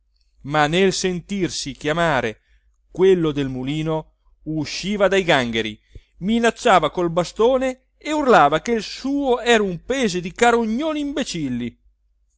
ma nel sentirsi chiamare quello del mulino usciva dai gangheri minacciava col bastone e urlava che il suo era un paese di carognoni imbecilli